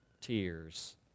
tears